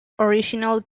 originally